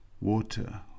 water